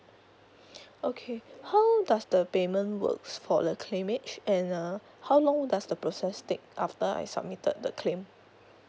okay how long does the payment works for the claimage and uh how long does the process take after I submitted the the claim